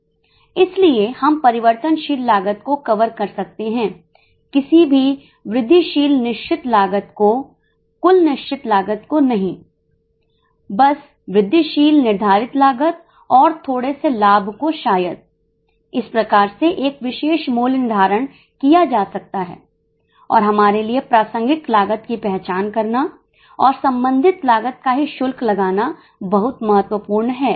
इसलिए हम परिवर्तनशील लागत को कवर कर सकते हैं किसी भी वृद्धिशील निश्चित लागत को कुल निश्चित लागत को नहीं बस वृद्धिशील निर्धारित लागत और थोड़े से लाभ को शायद इस प्रकार से एक विशेष मूल्य निर्धारण किया जा सकता है और हमारे लिए प्रासंगिक लागत की पहचान करना और संबंधित लागत का ही शुल्क लगाना बहुत महत्वपूर्ण है